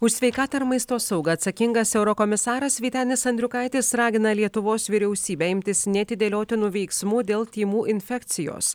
už sveikatą ir maisto saugą atsakingas eurokomisaras vytenis andriukaitis ragina lietuvos vyriausybę imtis neatidėliotinų veiksmų dėl tymų infekcijos